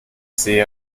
sehe